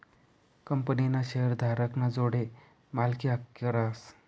कंपनीना शेअरधारक ना जोडे मालकी हक्क रहास